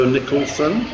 Nicholson